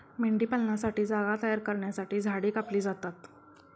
मेंढीपालनासाठी जागा तयार करण्यासाठी झाडे कापली जातात